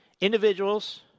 individuals